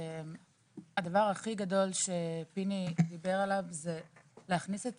הדבר הכי גדול שפיני דיבר עליו, להכניס את